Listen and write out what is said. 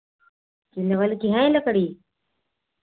चिलवन की है लकड़ी